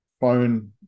phone